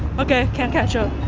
okay, can't catch up.